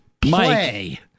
play